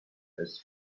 has